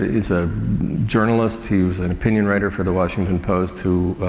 he's a journalist who was an opinion writer for the washington post who,